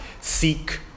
seek